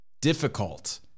difficult